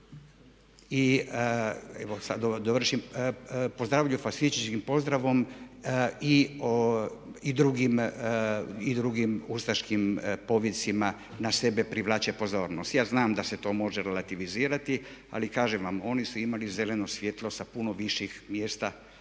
ovo da dovršim, pozdravljaju fašističkim pozdravom i drugim ustaškim povicima na sebe privlače pozornost. Ja znam da se to može relativizirati ali kažem vam oni su imali zeleno svijetlo sa puno viših mjesta